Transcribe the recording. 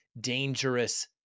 dangerous